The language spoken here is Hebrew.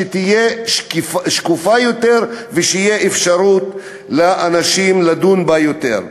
תהיה שקופה יותר ותהיה אפשרות לאנשים לדון בה יותר.